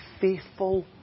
faithful